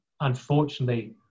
unfortunately